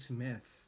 Smith